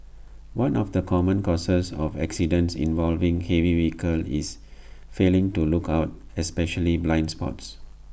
one of the common causes of accidents involving heavy vehicles is failing to look out especially blind spots